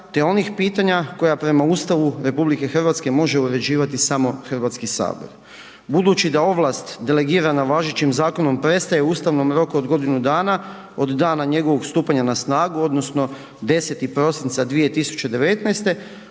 te onih pitanja, koja prema Ustavu RH može uređivati samo HS. Budući da ovlast delegirana važećim zakonom prestaje ustavnim rokom od godinu dana od dana njegovog stupanja na snagu, odnosno 10. prosinca 2019.,